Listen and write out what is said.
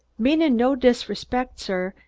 meanin' no disrespect, sir,